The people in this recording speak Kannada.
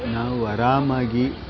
ನಾವು ಆರಾಮಾಗಿ